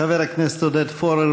חבר הכנסת עודד פורר,